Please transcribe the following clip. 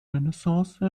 renaissance